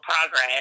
progress